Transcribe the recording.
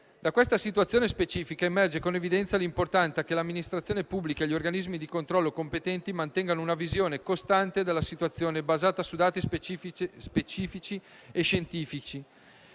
Da questa situazione specifica emerge con evidenza l'importanza che l'amministrazione pubblica e gli organismi di controllo competenti mantengano una visione costante della situazione, basata su dati specifici e scientifici,